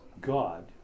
God